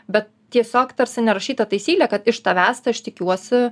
bet tiesiog tarsi nerašyta taisyklė kad iš tavęs aš tikiuosi